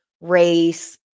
race